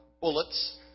bullets